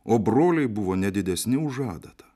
o broliai buvo ne didesni už adatą